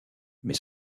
mais